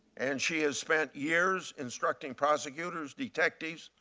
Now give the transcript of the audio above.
and she has spent years instructing prosecutors, detectives,